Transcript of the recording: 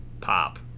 Pop